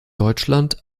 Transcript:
deutschland